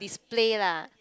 display lah